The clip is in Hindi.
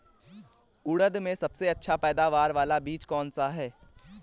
उड़द में सबसे अच्छा पैदावार वाला बीज कौन सा है?